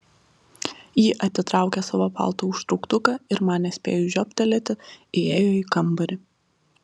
ji atitraukė savo palto užtrauktuką ir man nespėjus žiobtelėti įėjo į kambarį